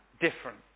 different